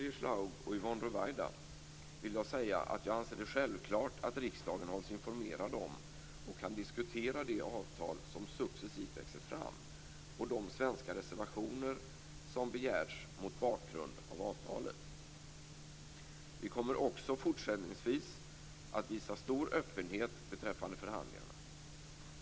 Ruwaida vill jag säga att jag anser det självklart att riksdagen hålls informerad om och kan diskutera det avtal som successivt växer fram och de svenska reservationer som begärts mot bakgrund av avtalet. Vi kommer också fortsättningsvis att visa stor öppenhet beträffande förhandlingarna.